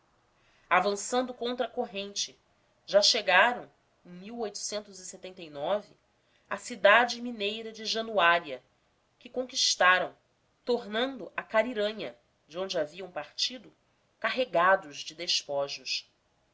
avançando contra a corrente já chegaram em a cidade mineira de januária que conquistaram tornando a carinhanha de onde haviam partido carregados de despojos